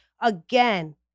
Again